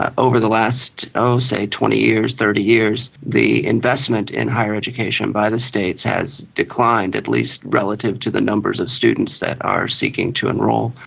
ah over the last, say, twenty years, thirty years, the investment in higher education by the states has declined at least relative to the numbers of students that are seeking to enrol.